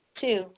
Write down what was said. Two